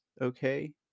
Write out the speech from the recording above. Okay